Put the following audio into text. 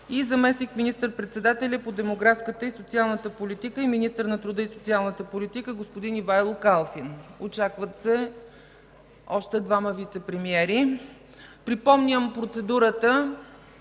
и заместник министър-председателят по демографската и социалната политика и министър на труда и социалната политика господин Ивайло Калфин. Очакват се още двама вицепремиери. Припомням процедурата